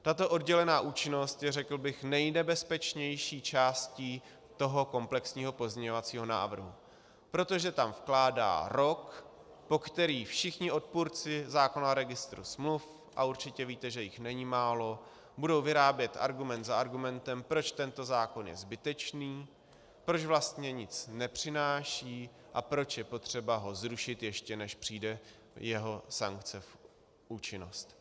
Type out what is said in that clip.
Tato oddělená účinnost je, řekl bych, nejnebezpečnější částí toho komplexního pozměňovacího návrhu, protože tam vkládá rok, po který všichni odpůrci zákona o Registru smluv, a určitě víte, že jich není málo, budou vyrábět argument za argumentem, proč tento zákon je zbytečný, proč vlastně nic nepřináší a proč vlastně je potřeba ho zrušit, ještě než přijde jeho sankce v účinnost.